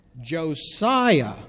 Josiah